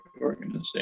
organization